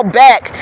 back